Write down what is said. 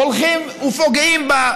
הולכים ופוגעים בה,